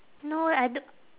no eh I d~